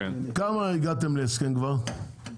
כמה הגעתם להסכם כבר ?